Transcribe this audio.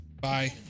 Bye